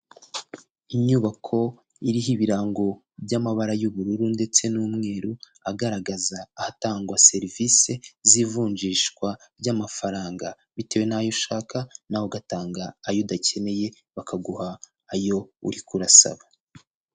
Inyubako iriho ibirango by'amabara y'ubururu ndetse n'umweru, agaragaza ahatangwa serivisi z'ivunjishwa ry'amafaranga bitewe n'ayo ushaka nawe ugatanga ayo udakeneye, bakaguha ayo uri kubasaba.